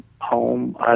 home